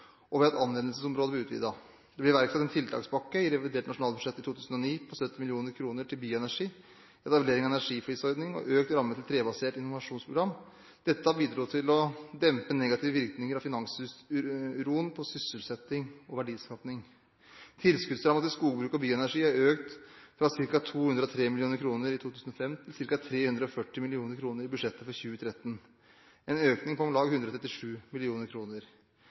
og ved at anvendelsesområdet ble utvidet. Det ble iverksatt en tiltakspakke i revidert nasjonalbudsjett i 2009 på 70 mill. kr til bioenergi, etablering av energiflisordning og økt ramme til trebasert innovasjonsprogram. Dette bidro til å dempe negative virkninger av finansuroen på sysselsetting og verdiskaping. Tilskuddsrammen til skogbruk og bioenergi er økt fra ca. 203 mill. kr i 2005 til ca. 340 mill. kr i budsjettet for 2013 – en økning på om lag 137